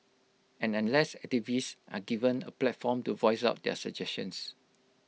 and unless activists are given A platform to voice out their suggestions